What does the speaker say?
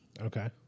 okay